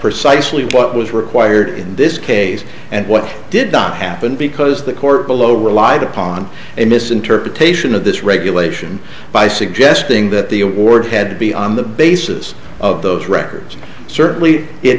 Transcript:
precisely what was required in this case and what did not happen because the court below relied upon a misinterpretation of this regulation by suggesting that the order had to be on the basis of those records certainly it